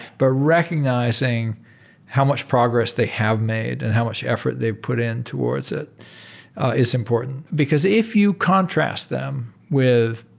but recognizing how much progress they have made and how much effort they've put in towards it is important. because if you contrast them with